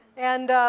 and